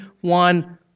one